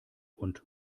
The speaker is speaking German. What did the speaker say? und